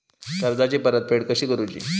कर्जाची परतफेड कशी करूची?